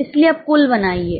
इसलिए अब कुल बनाइए